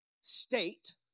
state